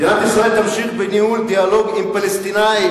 מדינת ישראל תמשיך בניהול דיאלוג עם הפלסטינים,